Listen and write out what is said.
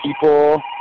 people